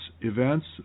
events